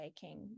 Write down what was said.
taking